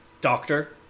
Doctor